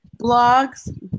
blogs